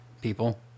people